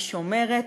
היא שומרת